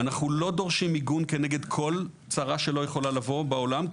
אנחנו לא דורשים מיגון כנגד כל צרה שלא יכולה לבוא בעולם,